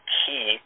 key